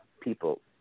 people